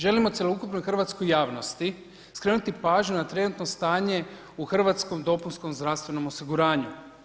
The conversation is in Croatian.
Želimo cjelokupnoj hrvatskoj javnosti skrenuti pažnju na trenutno stanje u hrvatskom dopunskom zdravstvenom osiguranju.